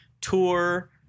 tour